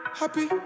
happy